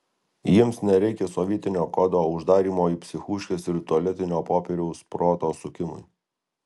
jiems nereikia sovietinio kodo uždarymo į psichuškes ir tualetinio popieriaus proto sukimui